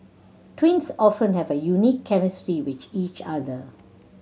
twins often have a unique chemistry which each other